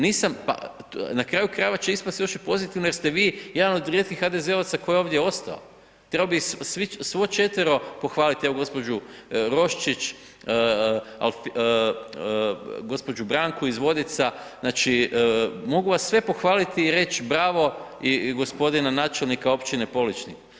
Nisam na kraju krajeva će ispasti još i pozitivno, jer ste vi, jedan od rijetkih HDZ-ovaca koji je ovdje ostao, trebao bi svo četvero pohvaliti, evo gđu. Roščić, gđu. Branku iz Vodica, znači mogu vas sve pohvaliti i reći bravo i gospodina načelnika općine Poličnik.